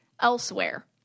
elsewhere